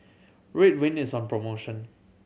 Ridwind is on promotion